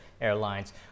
airlines